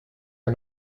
are